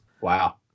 wow